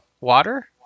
water